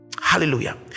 Hallelujah